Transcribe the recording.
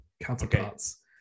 counterparts